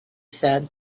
said